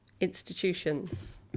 institutions